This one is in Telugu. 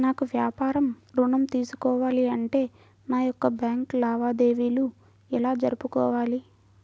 నాకు వ్యాపారం ఋణం తీసుకోవాలి అంటే నా యొక్క బ్యాంకు లావాదేవీలు ఎలా జరుపుకోవాలి?